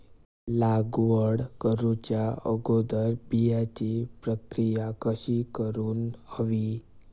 लागवड करूच्या अगोदर बिजाची प्रकिया कशी करून हवी?